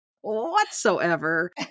whatsoever